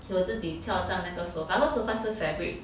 he will 自己跳上那个 sofa cause sofa 是 fabric